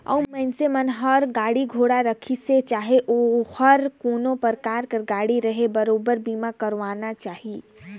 अउ मइनसे मन हर गाड़ी घोड़ा राखिसे चाहे ओहर कोनो परकार के गाड़ी रहें बरोबर बीमा करवाना चाही